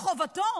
זכותו וחובתו.